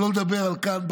שלא לדבר, כאן,